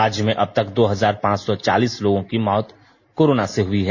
राज्य में अब तक दो हजार पांच सौ चालीस लोगों की मौत कोरोना से हुई है